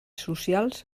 socials